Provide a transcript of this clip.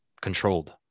controlled